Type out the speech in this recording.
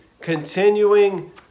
continuing